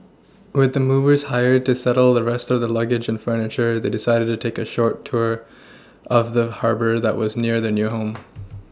with the movers hired to settle the rest of their luggage and furniture they decided to take a short tour of the Harbour that was near their new home